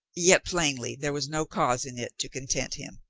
yet plainly there was no cause in it to content him.